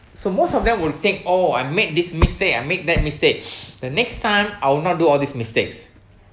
so most of them will think oh I made this mistake I make that mistake the next time I'll not do all these mistakes